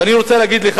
ואני רוצה להגיד לך,